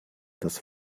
das